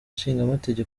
nshingamateka